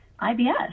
ibs